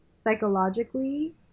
psychologically